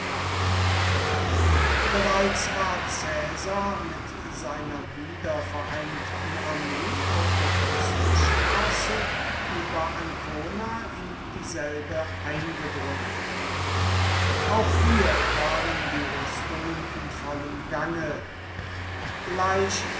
bereits war caesar mit seiner wiedervereinigten armee auf der küstenstraße über ancona in dieselbe eingedrungen auch hier waren die rüstungen in vollem gange gleich